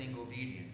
obedience